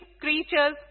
creatures